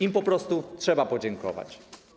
Im po prostu trzeba podziękować.